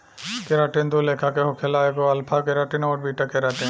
keratin दू लेखा के होखेला एगो अल्फ़ा केराटिन अउरी बीटा केराटिन